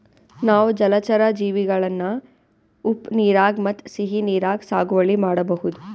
ನಾವ್ ಜಲಚರಾ ಜೀವಿಗಳನ್ನ ಉಪ್ಪ್ ನೀರಾಗ್ ಮತ್ತ್ ಸಿಹಿ ನೀರಾಗ್ ಸಾಗುವಳಿ ಮಾಡಬಹುದ್